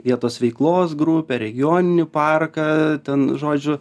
vietos veiklos grupę regioninį parką ten žodžiu